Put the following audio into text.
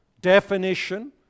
definition